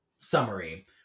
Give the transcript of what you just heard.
Summary